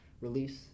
release